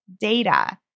data